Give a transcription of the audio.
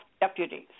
deputies